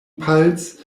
pulse